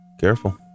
Careful